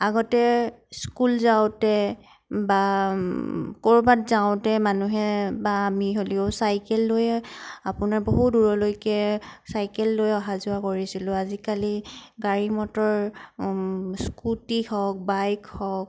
আগতে স্কুল যাওঁতে বা ক'ৰবাত যাওঁতে মানুহে বা আমি হ'লেও চাইকেল লৈয়ে আপোনাৰ বহু দূৰলৈকে চাইকেল লৈ অহা যোৱা কৰিছিলোঁ আজিকালি গাড়ী মটৰ স্কুটি হওক বাইক হওক